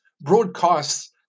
broadcasts